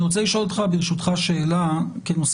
אני רוצה לשאול אותך ברשותך שאלה כי נושא